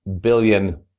billion